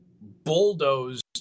bulldozed